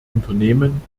unternehmen